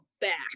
back